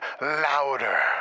louder